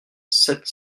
sept